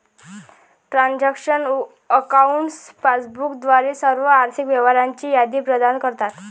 transaction accounts passbook द्वारे सर्व आर्थिक व्यवहारांची यादी प्रदान करतात